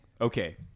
okay